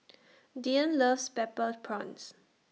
Dyan loves Butter Prawns